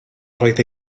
roedd